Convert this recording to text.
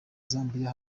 zambia